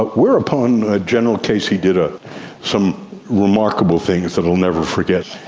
but whereupon ah general casey did ah some remarkable things that i'll never forget.